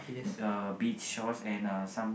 uh beach shorts and uh some